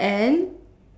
and